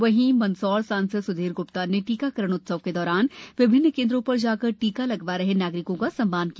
वहीं मंदसौर सांसद स्धीर ग्प्ता ने टीकाकरण उत्सव के दौरान विभिन्न केन्द्रों पर जाकर टीका लगवा रहे नागरिकों का सम्मान किया